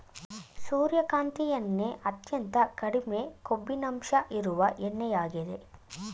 ಸೂರ್ಯಕಾಂತಿ ಎಣ್ಣೆ ಅತ್ಯಂತ ಕಡಿಮೆ ಕೊಬ್ಬಿನಂಶ ಇರುವ ಎಣ್ಣೆಯಾಗಿದೆ